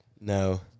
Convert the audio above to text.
No